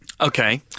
Okay